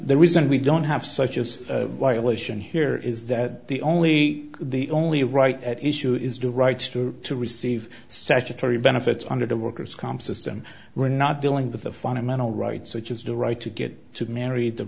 the reason we don't have such as elation here is that the only the only right at issue is due rights to receive statutory benefits under the worker's comp system we're not dealing with the fundamental rights such as the right to get married the